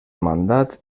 mandat